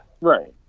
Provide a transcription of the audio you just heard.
Right